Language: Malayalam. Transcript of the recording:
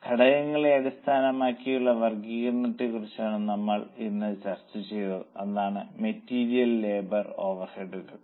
ഘടകങ്ങളെ അടിസ്ഥാനമാക്കിയുള്ള വർഗീകരണത്തെക്കുറിച്ചാണ് നമ്മൾ ഇന്ന് ചർച്ച ചെയ്തത് അതാണ് മെറ്റീരിയൽ ലേബർ ഓവർഹെഡ്കൾ